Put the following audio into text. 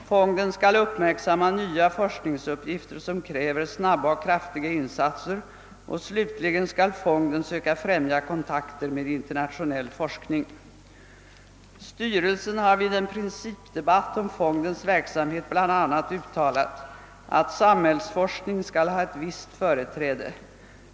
Fonden skall uppmärksamma nya forskningsuppgifter som kräver snabba och kraftiga insatser och slutligen skall fonden söka främja kontakter med internationell forskning. Styrelsen har vid en principdebatt om fondens verksamhet bl.a. uttalat att samhällsforskning skall ha ett visst företräde.